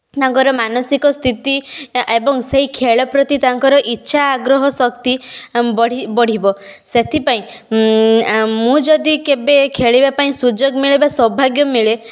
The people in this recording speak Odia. ତାଙ୍କର ମାନସିକ ସ୍ଥିତି ଏବଂ ସେହି ଖେଳ ପ୍ରତି ତାଙ୍କର ଇଚ୍ଛା ଆଗ୍ରହ ଶକ୍ତି ବଢ଼ିବ ସେଥିପାଇଁ ମୁଁ ଯଦି କେବେ ଖେଳିବା ପାଇଁ ସୁଯୋଗ ମିଳେ ବା ସୌଭାଗ୍ୟ ମିଳେ